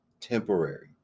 temporary